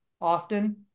often